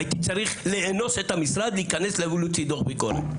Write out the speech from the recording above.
והייתי צריך לאנוס את המשרד להיכנס להוציא דו"ח ביקורת.